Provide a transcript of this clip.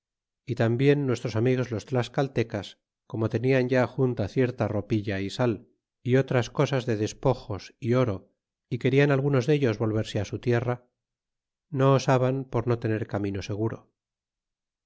y tambien nuestros amigos los llascaltecas como tenian ya junta cierta ropilla y sal y oil'as cosas de despojos é oro y querian algunos dellos volverse su tierra no osaban por no tener camino seguro